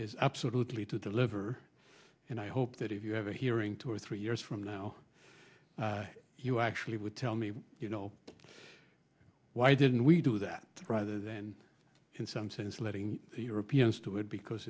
is absolutely to deliver and i hope that if you have a hearing two or three years from now you actually would tell me you know why didn't we do that rather than in some sense letting the europeans do it because